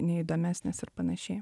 neįdomesnis ir panašiai